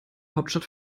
hauptstadt